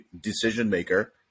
decision-maker